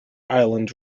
island